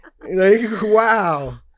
wow